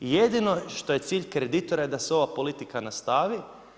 Jedino što je cilj kreditora je da se ova politika nastavi.